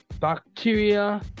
Bacteria